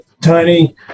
Tony